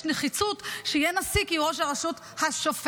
נחיצות שיהיה נשיא כי הוא ראש הרשות השופטת.